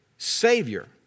Savior